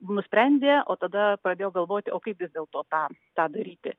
nusprendė o tada pradėjo galvoti o kaip vis dėlto tą tą daryti